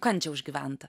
kančią užgyventą